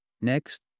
Next